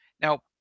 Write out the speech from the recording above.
now